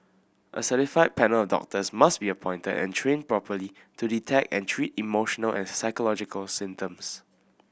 a certified panel of doctors must be appointed and trained properly to detect and treat emotional and psychological symptoms